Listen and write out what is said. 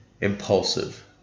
impulsive